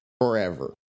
forever